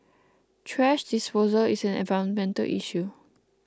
thrash disposal is an environmental issue